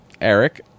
eric